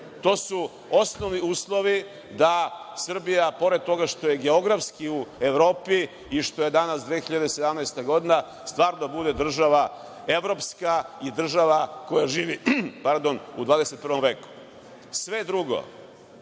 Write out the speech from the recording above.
to su osnovni uslovi da Srbija, pored toga što je geografski u Evropi i što je danas 2017. godina, da stvarno bude država evropska i država koja živi u 21. veku. Sve drugo